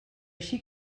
així